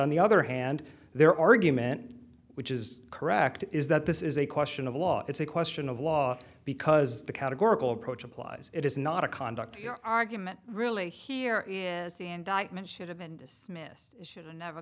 on the other hand their argument which is correct is that this is a question of law it's a question of law because the categorical approach applies it is not a conduct your argument really here is the indictment should have been dismissed should have never